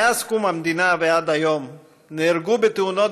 מאז קום המדינה ועד היום נהרגו בתאונות